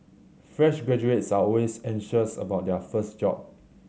fresh graduates are always anxious about their first job